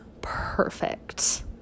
perfect